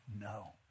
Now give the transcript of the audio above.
no